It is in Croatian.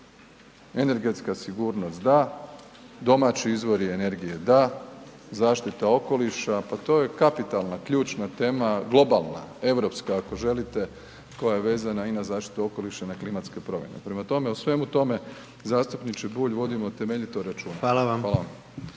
Energetska sigurnost, da, domaći izvori energije, da, zaštita okoliša, pa to je kapitalna, ključna tema, globalna, europska, ako želite, koja je vezana i na zaštitu okoliša i na klimatske promjene. Prema tome, u svemu tome, zastupniče Bulj, vodimo temeljito računa. Hvala vam.